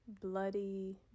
bloody